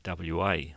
WA